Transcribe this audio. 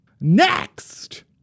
Next